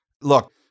Look